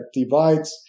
divides